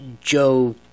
Joe